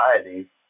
society